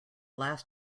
last